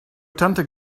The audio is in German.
tante